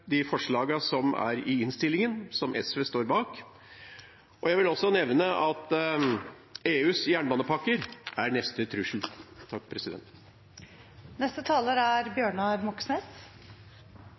som står i innstillingen, som SV står bak. Jeg vil også nevne at EUs jernbanepakke er neste trussel.